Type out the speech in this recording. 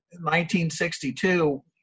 1962